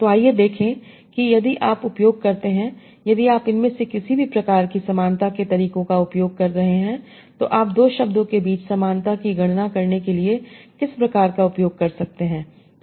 तो आइए देखें कि यदि आप उपयोग करते हैं यदि आप इनमें से किसी भी प्रकार की समानता के तरीकों का उपयोग कर रहे हैं तो आप 2 शब्दों के बीच समानता की गणना करने के लिए किस प्रकार का उपयोग कर सकते हैं